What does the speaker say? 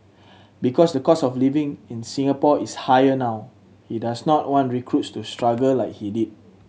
because the cost of living in Singapore is higher now he does not want recruits to struggle like he did